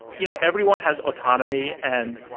you know, everyone has autonomy. and,